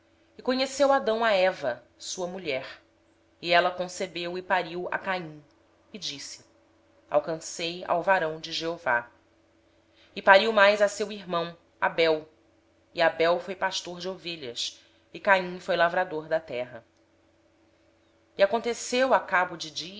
vida conheceu adão a eva sua mulher ela concebeu e tendo dado à luz a caim disse alcancei do senhor um varão tornou a dar à luz a um filho a seu irmão abel abel foi pastor de ovelhas e caim foi lavrador da terra ao cabo de dias